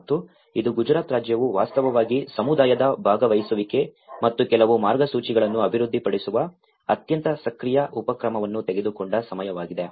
ಮತ್ತು ಇದು ಗುಜರಾತ್ ರಾಜ್ಯವು ವಾಸ್ತವವಾಗಿ ಸಮುದಾಯದ ಭಾಗವಹಿಸುವಿಕೆ ಮತ್ತು ಕೆಲವು ಮಾರ್ಗಸೂಚಿಗಳನ್ನು ಅಭಿವೃದ್ಧಿಪಡಿಸುವ ಅತ್ಯಂತ ಸಕ್ರಿಯ ಉಪಕ್ರಮವನ್ನು ತೆಗೆದುಕೊಂಡ ಸಮಯವಾಗಿದೆ